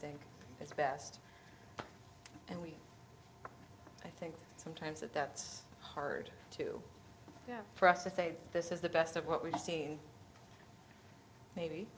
think it's best and we think sometimes that that's hard to for us to say this is the best of what we've seen maybe